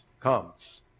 comes